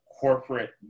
corporate